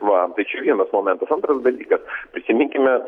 va tai čia vienas momentas antras dalykas prisiminkime